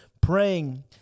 praying